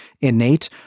innate